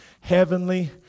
heavenly